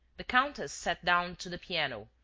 the countess sat down to the piano,